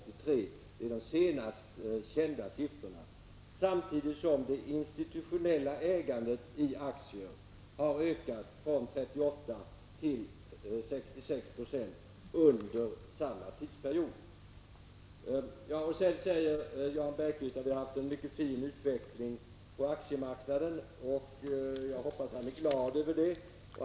Detta är de senast kända siffrorna. Under samma tidsperiod har det institutionella ägandet i aktier ökat från 38 till 66 90. Jan Bergqvist sade att vi har haft en mycket fin utveckling på aktiemarknaden — jag hoppas att han är glad över det.